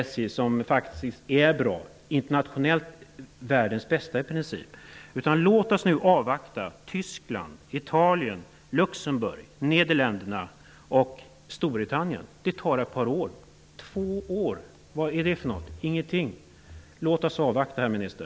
Den är faktiskt bra -- i princip världens bästa. Låt oss avvakta och se hur det går i Tyskland, Italien, Luxemburg, Nederländerna och Storbritannien! Det tar ett par år. Vad är två år? Det är ingenting. Låt oss avvakta, herr minister!